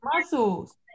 muscles